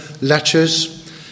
letters